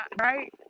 right